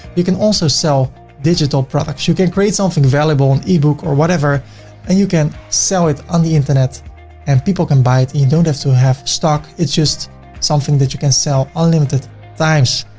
you can also sell digital products. you can create something valuable and ebook or whatever, and you can sell it on the internet and people can buy it. you don't have to have stock. it's just something that you can sell unlimited times.